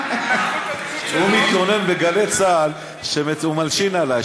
הוא מתלונן בגלי-צה"ל הוא מלשין עלי,